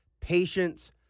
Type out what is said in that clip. patience